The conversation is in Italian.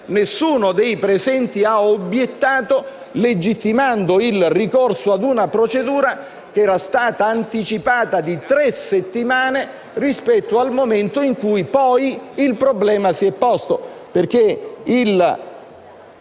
nessuno dei presenti ha obiettato legittimando il ricorso a una procedura che era stata anticipata di tre settimane rispetto al momento in cui poi il problema si è posto. Infatti,